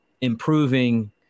improving –